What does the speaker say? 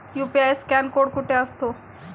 UPI scan code कुठे असतो?